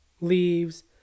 leaves